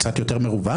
כשקצת יותר מרווח,